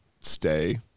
stay